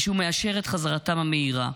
ושהוא מאשר את חזרתם המהירה.